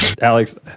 Alex